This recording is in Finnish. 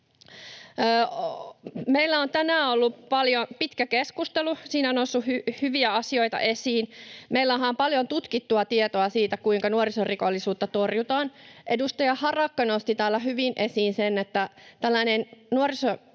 Meillä on tänään ollut pitkä keskustelu, ja siinä on noussut hyviä asioita esiin. Meillähän on paljon tutkittua tietoa siitä, kuinka nuorisorikollisuutta torjutaan. Edustaja Harakka nosti täällä hyvin esiin, että tällainen